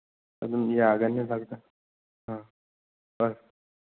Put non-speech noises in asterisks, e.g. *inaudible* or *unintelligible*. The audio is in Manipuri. ꯑꯗꯨꯝ ꯌꯥꯒꯅꯤ *unintelligible* ꯑ ꯑ